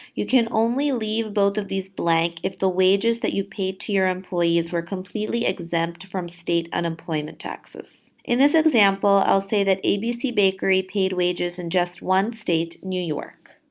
you can only leave both of these blank if the wages that you paid to your employees were completely exempt from state unemployment taxes. in this example, i'll say that abc bakery paid wages in just one state new york.